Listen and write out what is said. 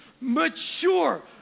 mature